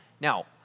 Now